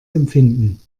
empfinden